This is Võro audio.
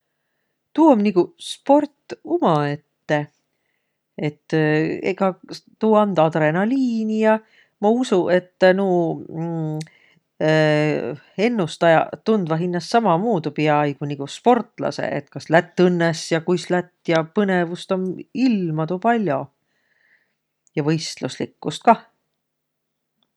Tuu um nigu sport umaette. Et tuu and adrenaliini ja. Ma usu, et nuuq ennustajaq tundvaq hinnäst sammamuudu piaaigu nigu sportlasõq. Et kas lätt õnnõs ja kuis lätt ja põnõvust om ilmadu pall'o, ja võistluslikkust kah.